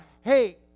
hey